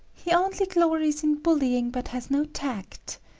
he only glories in bullying but has no tact.